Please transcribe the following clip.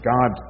God